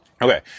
Okay